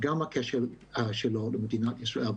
גם הקשר שלו למדינת ישראל.